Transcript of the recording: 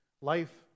life